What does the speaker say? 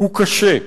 הוא קשה.